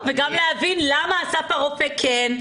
וגם להבין למה אסף הרופא כן,